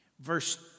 Verse